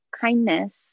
kindness